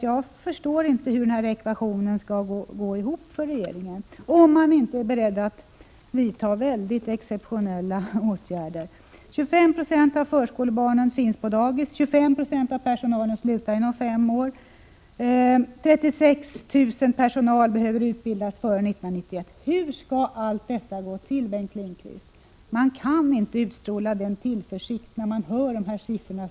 Jag förstår inte hur den här ekvationen skall gå ihop för regeringen, om man inte är beredd att vidta mycket exceptionella åtgärder. 25 20 av förskolebarnen har plats på dagis, 25 90 av personalen slutar inom fem år, en personalstyrka på 36 000 personer behöver utbildas före 1991. Hur skall allt detta gå till, Bengt Lindqvist? Man kan inte utstråla tillförsikt när man hör de här siffrorna.